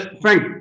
Frank